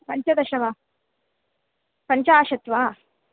पञ्चदश वा पञ्चाशत् वा